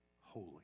holy